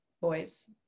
boys